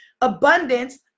abundance